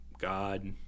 God